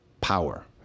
power